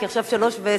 כי עכשיו 15:20,